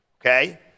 okay